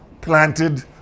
planted